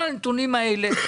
עם כל הכבוד,